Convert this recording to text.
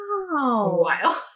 Wow